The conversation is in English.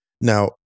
Now